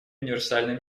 универсальной